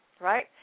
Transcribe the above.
right